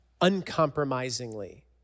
uncompromisingly